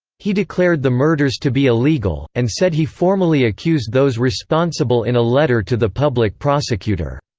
he declared the murders to be illegal, and said he formally accused those responsible in a letter to the public prosecutor.